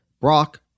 Brock